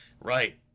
Right